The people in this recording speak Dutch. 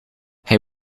hij